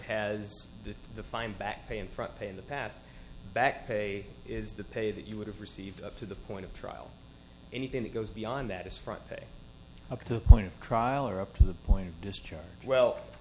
that the fine back pain from paying the past back pay is the pay that you would have received up to the point of trial anything that goes beyond that is from pay up to the point of trial or up to the point of discharge we